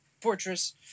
fortress